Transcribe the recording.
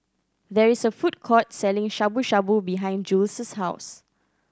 there is a food court selling Shabu Shabu behind Jules' house